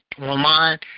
online